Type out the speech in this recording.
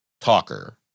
talker